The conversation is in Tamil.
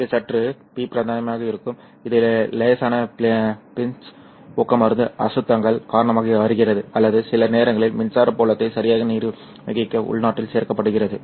இது சற்று P பிராந்தியமாக இருக்கும் இந்த லேசான பிஸ்னஸ் ஊக்கமருந்து அசுத்தங்கள் காரணமாக வருகிறது அல்லது சில நேரங்களில் மின்சார புலத்தை சரியாக நிர்வகிக்க உள்நாட்டில் சேர்க்கப்படுகிறது